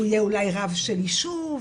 אולי הוא יהיה רב של ישוב,